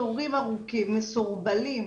התורים הארוכים ומסורבלים.